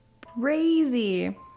crazy